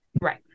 Right